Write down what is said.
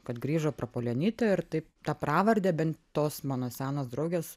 kad grįžo prapuolenytė ir taip tą pravarde bent tos mano senos draugės